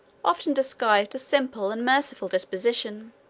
often disguised a simple and merciful disposition.